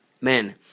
Man